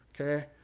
Okay